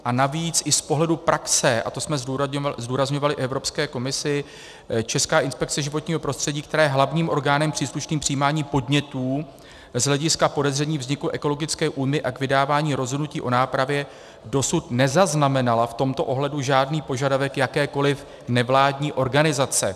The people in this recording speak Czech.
A navíc i z pohledu praxe, a to jsme zdůrazňovali i Evropské komisi, Česká inspekce životního prostředí, která je hlavním orgánem příslušným k přijímání podnětů z hlediska podezření vzniku ekologické újmy a k vydávání rozhodnutí o nápravě, dosud nezaznamenala v tomto ohledu žádný požadavek jakékoliv nevládní organizace.